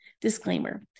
Disclaimer